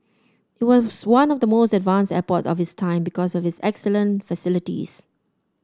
it was one of the most advanced airports of its time because of its excellent facilities